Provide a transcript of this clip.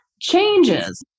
changes